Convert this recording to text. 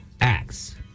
acts